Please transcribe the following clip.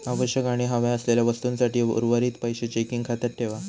आवश्यक आणि हव्या असलेल्या वस्तूंसाठी उर्वरीत पैशे चेकिंग खात्यात ठेवा